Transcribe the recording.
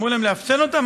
אמרו להם לאפסן אותם?